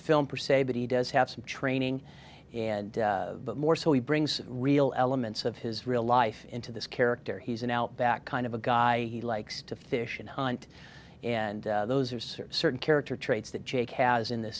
film for sale but he does have some training and more so he brings real elements of his real life into this character he's an outback kind of a guy he likes to fish and hunt and those are sort of certain character traits that jake has in th